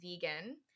vegan